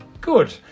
Good